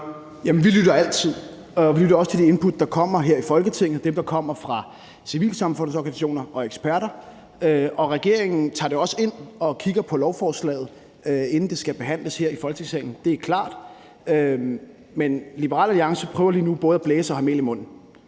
vi lytter altid. Vi lytter også til de input, der kommer her i Folketinget, og dem, der kommer fra civilsamfundets organisationer og eksperter. Regeringen tager det også ind og kigger på lovforslaget, inden det skal behandles her i Folketingssalen. Det er klart. Men Liberal Alliance prøver lige nu både at blæse og have mel i munden,